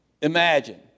Imagine